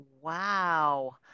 Wow